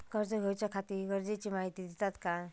कर्ज घेऊच्याखाती गरजेची माहिती दितात काय?